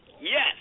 Yes